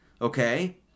okay